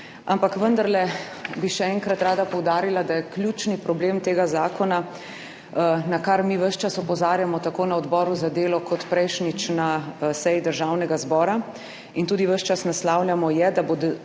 ampak vendarle bi še enkrat rada poudarila, da je ključni problem tega zakona, na kar mi ves čas opozarjamo, tako na Odboru za delo kot prejšnjič na seji Državnega zbora, in tudi ves čas naslavljamo, da bo delodajalec